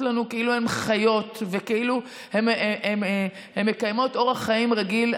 לנו כאילו הן חיות וכאילו הן מקיימות אורח חיים רגיל,